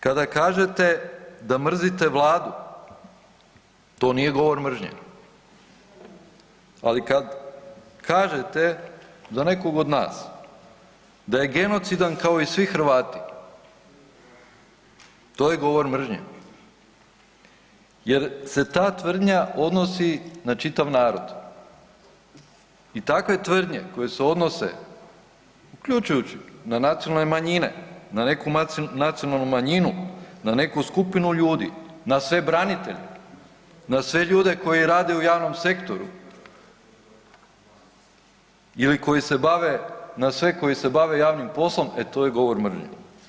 Kada kažete da mrzite Vladu, to nije govor mržnje, ali kad kažete za nekog od nas da je genocidan kao i svi Hrvati to je govor mržnje jer se ta tvrdnja odnosi na čitav narod i takve tvrdnje koje se odnose uključujući na nacionalne manjene na neku nacionalnu manjinu, na neku skupinu ljudi, na sve branitelje, na sve ljude koji rade u javnom sektoru ili koji se bave na sve koji se bave javnim poslom, e to je govor mržnje.